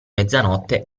mezzanotte